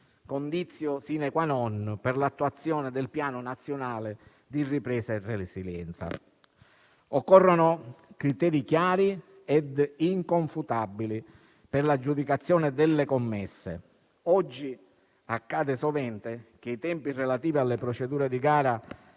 *conditio sine qua non* per l'attuazione del Piano nazionale di ripresa e resilienza. Occorrono criteri chiari e inconfutabili per l'aggiudicazione delle commesse. Oggi accade sovente che i tempi relativi alle procedure di gara